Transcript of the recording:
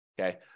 Okay